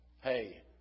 Hey